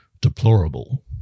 Deplorable